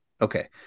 Okay